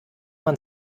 man